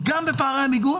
גם בפערי המיגון